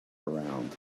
around